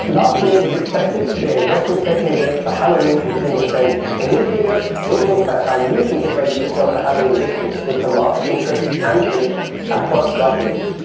last year was to expected to be a record-setting year for halloween consumer spending. in this video we'll talk about how you can get ready to sell for halloween this year, with some marketing tricks and treats, and products like these.